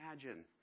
imagine